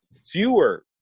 fewer